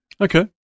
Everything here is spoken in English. Okay